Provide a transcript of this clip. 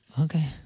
Okay